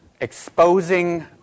exposing